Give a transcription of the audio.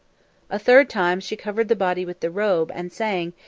a third time she covered the body with the robe and sang,